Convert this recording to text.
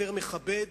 יותר מכבד,